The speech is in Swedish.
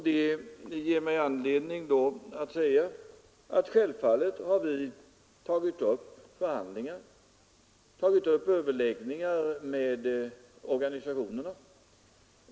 Det ger mig anledning att säga, att självfallet har vi tagit upp överläggningar med organisationerna.